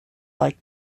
like